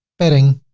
padding